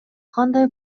кандай